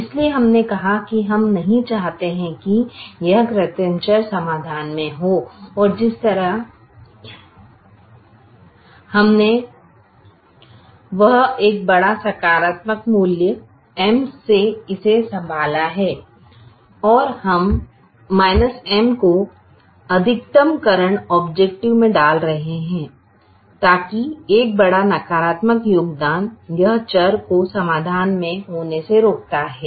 इसलिए हमने कहा कि हम नहीं चाहते हैं कि यह कृत्रिम चर समाधान में हो और जिस तरह हमने वह एक बड़ा सकारात्मक मूल्य M से इसे संभाला है और हम M को अधिकतमकरण औब्जैकटिव में डाल रहे हैं ताकि एक बड़ा नकारात्मक योगदान यह चर को समाधान में होने से रोकता है